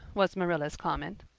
was marilla's comment.